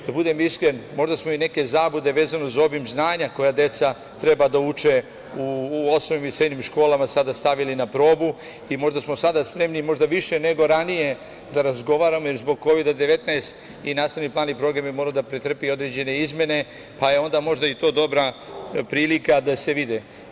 Da budem iskren, možda smo i neke zablude vezano za obim znanja koja deca treba da uče u osnovnim i srednjim školama, sada stavili na probu i možda smo sada spremni više nego ranije da razgovaramo, jer zbog Kovida 19 i nastavni plani program je morao da pretrpi određene izmene, pa je onda možda i to dobra prilika da se vide.